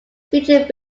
featured